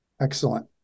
Excellent